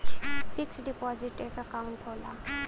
fix deposit एक account होला